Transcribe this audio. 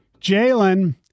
Jalen